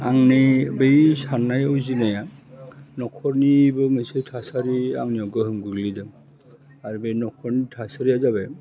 आंनि बै साननाय उजिनाया नखरनिबो मोनसे थासारि आंनियाव गोहोम गोग्लैदों आरो बे नखरनि थासारिया जाबाय